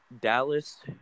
Dallas